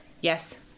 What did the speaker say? Yes